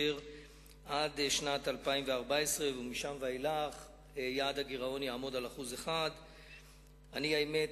ועד שנת 2014 ומאז ואילך יעד הגירעון יהיה 1%. האמת